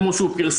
כמו שהוא פרסם,